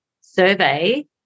survey